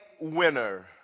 winner